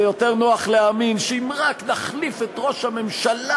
זה יותר נוח להאמין שאם רק נחליף את ראש הממשלה,